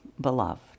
beloved